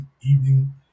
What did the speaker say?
evening